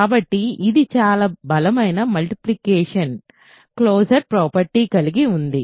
కాబట్టి ఇది చాలా బలమైన మల్టిప్లికేటివ్ క్లోసర్ ప్రాపర్టీ కలిగి ఉంది